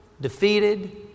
defeated